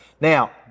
Now